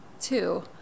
Two